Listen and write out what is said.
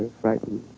frightened?